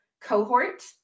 cohort